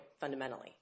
fundamentally